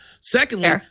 Secondly